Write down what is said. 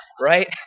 right